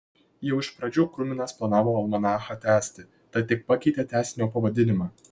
jau iš pradžių kruminas planavo almanachą tęsti tad tik pakeitė tęsinio pavadinimą